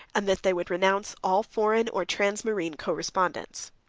and that they would renounce all foreign or transmarine correspondence.